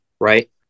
right